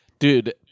Dude